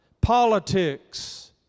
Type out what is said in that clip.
politics